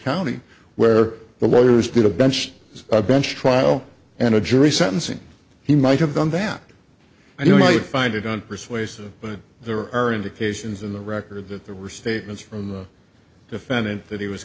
county where the lawyers did a bench a bench trial and a jury sentencing he might have done that and you might find it on persuasive but there are indications in the record that there were statements from the defendant that he was